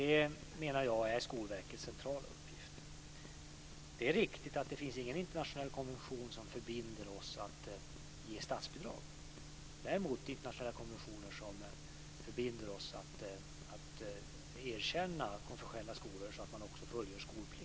Jag menar att detta är Skolverkets centrala uppgift. Det är riktigt att det inte finns någon internationell konvention som förbinder oss att ge statsbidrag. Däremot finns det internationella konventioner som binder oss att erkänna konfessionella skolor, så att man också fullgör skolplikt där.